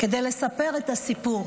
כדי לספר את הסיפור.